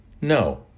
No